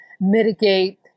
mitigate